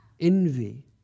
envy